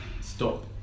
stop